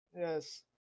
Yes